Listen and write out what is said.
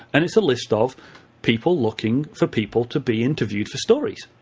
and it's a list of people looking for people to be interviewed for stories.